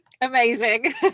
Amazing